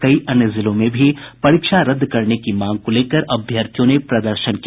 कई अन्य जिलों में भी परीक्षा रद्द करने की मांग को लेकर अभ्यर्थियों ने प्रदर्शन किया